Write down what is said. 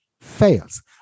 fails